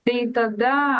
tai tada